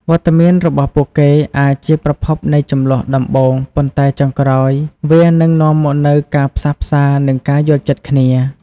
វត្តមានរបស់ពួកគេអាចជាប្រភពនៃជម្លោះដំបូង ប៉ុន្តែចុងក្រោយវានឹងនាំមកនូវការផ្សះផ្សា និងការយល់ចិត្តគ្នា។